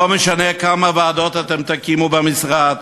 לא משנה כמה ועדות אתם תקימו במשרד,